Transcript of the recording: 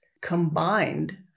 combined